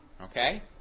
Okay